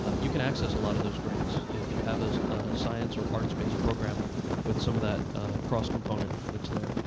you can access a lot of those grants if you have a science or arts based program with some of that cross-component that's there.